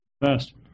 best